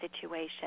situation